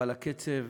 אבל הקצב